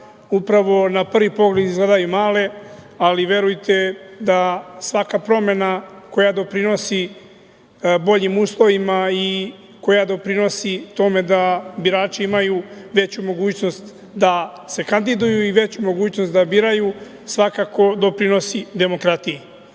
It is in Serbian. upravo na prvi pogled izgledale male, ali verujte da svaka promena koja doprinosi boljim uslovima i koja doprinosi tome da birači imaju veću mogućnost da se kandiduju i veću mogućnost da biraju svakako doprinosi demokratiji. Jedan